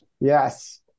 Yes